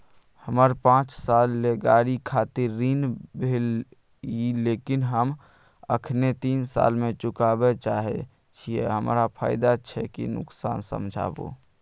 हमर पाँच साल ले गाड़ी खातिर ऋण भेल ये लेकिन हम अखने तीन साल में चुकाबे चाहे छियै हमरा फायदा छै की नुकसान समझाबू?